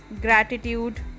gratitude